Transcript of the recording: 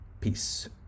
Peace